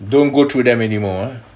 don't go through them anymore ah